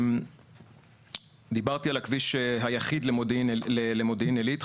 דיברתי על הכביש היחיד למודיעין עילית,